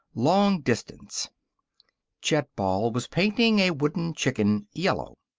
long distance chet ball was painting a wooden chicken yellow.